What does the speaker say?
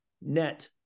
net